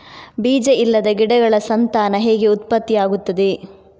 ಬೀಜ ಇಲ್ಲದ ಗಿಡಗಳ ಸಂತಾನ ಹೇಗೆ ಉತ್ಪತ್ತಿ ಆಗುತ್ತದೆ?